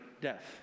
death